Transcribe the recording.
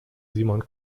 simon